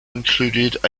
included